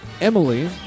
Emily